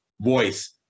voice